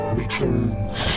returns